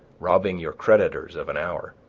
robbing your creditors of an hour.